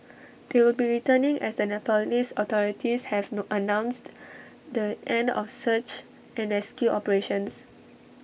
they will be returning as the Nepalese authorities have no announced the end of search and rescue operations